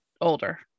older